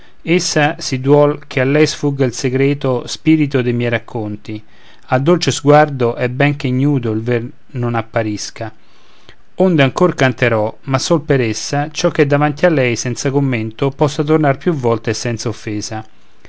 essa si duol che a lei sfugga il segreto spirto de miei racconti a dolce sguardo è ben che ignudo il ver non apparisca onde ancor canterò ma sol per essa ciò che davanti a lei senza commento possa tornar più volte e senza offesa